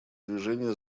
движение